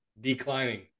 declining